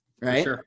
right